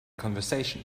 conversation